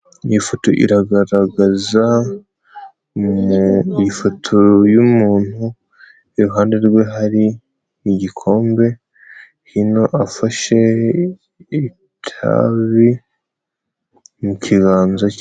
Iyi foto iragaragaza ifoto y'umuntu, iruhande rwe hari igikombe, hino afashe itabi mu kiganza ke.